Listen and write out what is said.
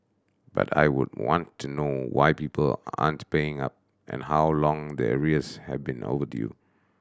but I would want to know why people aren't paying up and how long the arrears have been overdue